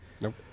Nope